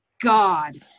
God